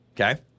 Okay